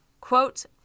quote